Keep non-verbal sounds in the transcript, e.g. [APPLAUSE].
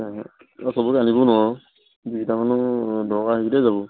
অঁ চবক আনিব নোৱাৰ দুই এটামান দৰকাৰ [UNINTELLIGIBLE] যাব